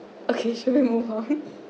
okay sure move on